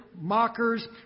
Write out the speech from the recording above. mockers